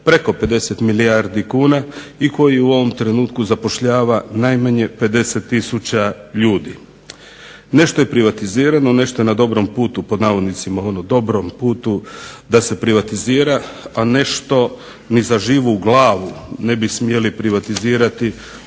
preko 50 milijardi kuna i koji u ovom trenutku zapošljava najmanje 50 tisuća ljudi. Nešto je privatizirano, nešto je na dobrom putu, pod navodnicima ono dobrom putu da se privatizira, a nešto ni za živu glavu ne bi smjeli privatizirati.